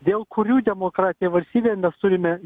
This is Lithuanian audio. dėl kurių demokratinėj valstybėje mes turime